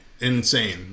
insane